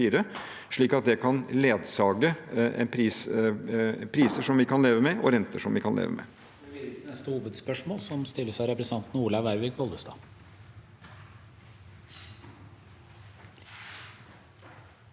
slik at det kan ledsage priser som vi kan leve med, og renter som vi kan leve med.